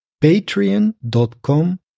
patreon.com